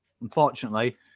unfortunately